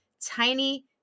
tiny